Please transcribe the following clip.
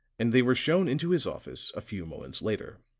and they were shown into his office a few moments later.